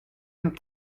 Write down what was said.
and